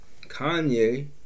Kanye